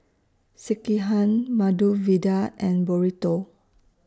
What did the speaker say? Sekihan Medu Vada and Burrito